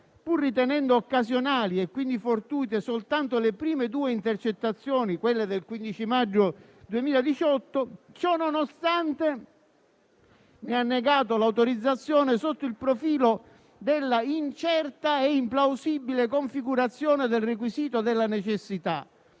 pur ritenendo occasionali e quindi fortuite soltanto le prime due intercettazioni (quelle del 15 maggio 2018), ciononostante ne ha negato l'autorizzazione sotto il profilo della incerta e implausibile configurazione del requisito della necessità,